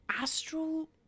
astral